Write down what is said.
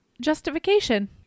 justification